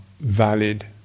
valid